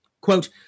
Quote